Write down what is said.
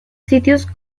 sitios